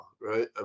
right